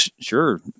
sure